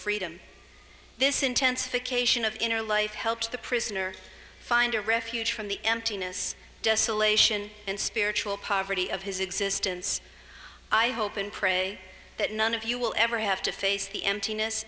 freedom this intensification of inner life helps the prisoner find a refuge from the emptiness desolation and spiritual poverty of his existence i hope and pray that none of you will ever have to face the emptiness